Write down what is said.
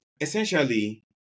Essentially